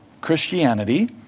Christianity